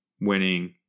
winning